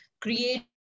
create